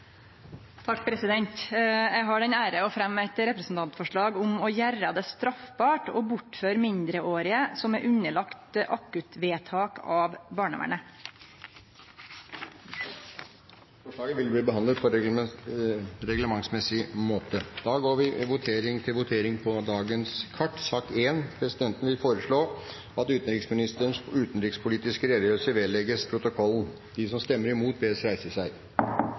har den ære å fremje eit representantforslag om å gjere det straffbart å bortføre mindreårige som er underlagde akuttvedtak av barnevernet. Forslaget vil bli behandlet på reglementsmessig måte. Da går vi til votering over sakene på dagens kart. Presidenten vil foreslå at utenriksministerens utenrikspolitiske redegjørelse vedlegges protokollen. – Det anses enstemmig vedtatt. Det voteres over forslag nr. 6, fra Miljøpartiet De